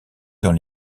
dans